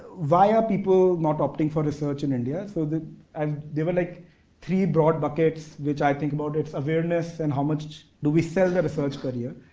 why are people not opting for research in india? so, they um they were like three broad buckets which i think about, it's awareness and how much do we sell their research career.